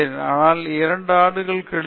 அதற்கு நிறைய வாய்ப்பு உள்ளது என்று உணர்தேன்